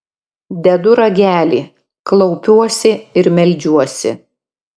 dedu ragelį klaupiuosi ir meldžiuosi